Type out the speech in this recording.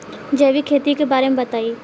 जैविक खेती के बारे में बताइ